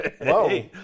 whoa